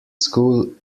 school